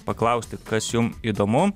paklausti kas jum įdomu